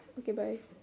okay bye